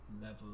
level